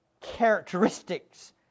characteristics